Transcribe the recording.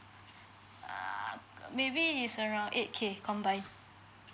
err maybe it's around eight K combine